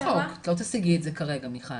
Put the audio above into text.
את לא תשיגי את זה כרגע, מיכל.